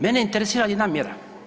Mene interesira jedna mjera.